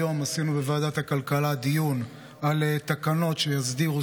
היום עשינו בוועדת הכלכלה דיון על תקנות שיסדירו